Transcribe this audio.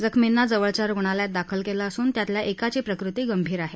जखर्मीना जवळच्या रुग्णालयात दाखल केलं असून त्यातल्या एकाची प्रकृती गंभीर आहे